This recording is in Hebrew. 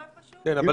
כן,